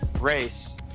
race